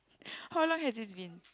how long has it been